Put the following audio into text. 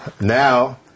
Now